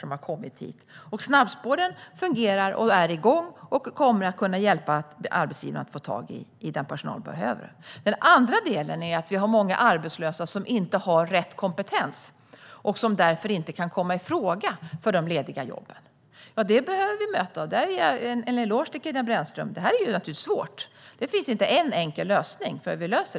Snabbspåren fungerar och är igång, och de kommer att hjälpa arbetsgivare att få tag i den personal de behöver. Å andra sidan finns många arbetslösa som inte har rätt kompetens och som därför inte kan komma i fråga för de lediga jobben. Det problemet behöver vi möta. Där ger jag en eloge till Katarina Brännström. Det är ett svårt problem, och det finns inte en enkel lösning.